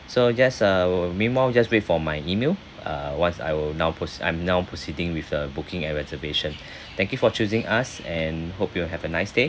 so just uh meanwhile just wait for my email uh once I will now proc~ I'm now proceeding with the booking and reservation thank you for choosing us and hope you have a nice day